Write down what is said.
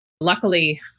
Luckily